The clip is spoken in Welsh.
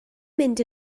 mynd